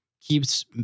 keeps